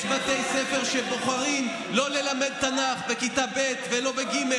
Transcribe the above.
יש בתי ספר שבוחרים לא ללמד תנ"ך בכיתה ב' ולא בג',